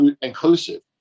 inclusive